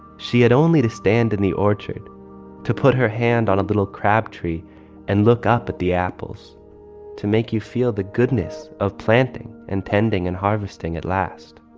she had only to stand in the orchard to put her hand on a little crab crabtree and look up at the apples to make you feel the goodness of planting and tending and harvesting at last,